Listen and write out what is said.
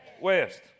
West